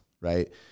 right